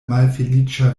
malfeliĉa